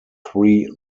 three